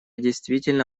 действительно